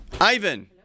Ivan